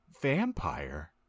Vampire